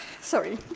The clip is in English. Sorry